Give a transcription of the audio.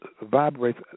vibrates